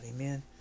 Amen